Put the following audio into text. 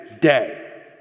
day